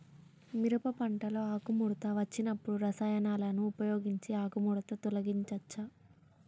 మిరప పంటలో ఆకుముడత వచ్చినప్పుడు రసాయనాలను ఉపయోగించి ఆకుముడత తొలగించచ్చా?